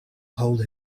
hold